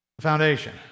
foundation